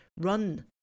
run